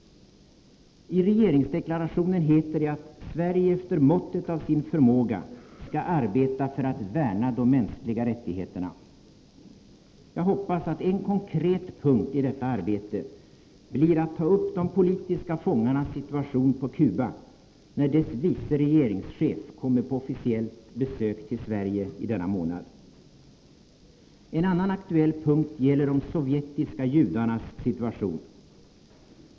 I regeringsdeklarationen heter det att ”Sverige efter måttet av sin förmåga skall arbeta för att värna de mänskliga rättigheterna”. Jag hoppas att en konkret punkt i detta arbete blir att ta upp de politiska fångarnas situation på Cuba, när dess vice regeringschef kommer på officiellt besök till Sverige i denna månad. En annan aktuell punkt gäller de sovjetiska judarnas situation.